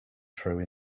true